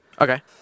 Okay